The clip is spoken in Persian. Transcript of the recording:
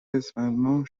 اسفندماه